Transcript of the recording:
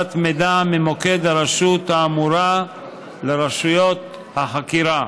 העברת מידע ממוקד הרשות האמורה לרשויות החקירה.